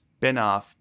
spinoff